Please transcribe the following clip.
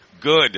good